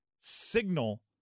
signal